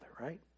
right